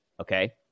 okay